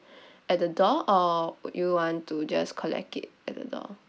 at the door or would you want to just collect it at the door